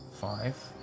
five